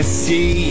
see